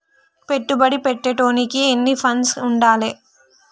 పెట్టుబడి పెట్టేటోనికి ఎన్ని ఫండ్స్ ఉండాలే?